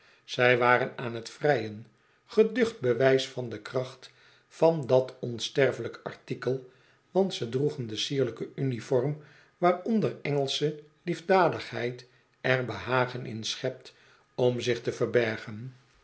zij waren aan t vrijen geducht bewijs van de kracht van dat onsterfelijk artikel want ze droegen de sierlijke uniform waaronder engelsche liefdadigheid er behagen in schept om zich te verbergen